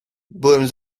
byłem